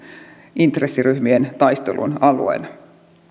intressiryhmien taistelualueena